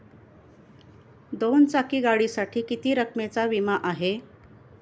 दोन चाकी गाडीसाठी किती रकमेचा विमा आहे?